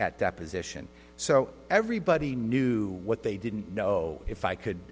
at deposition so everybody knew what they didn't know if i could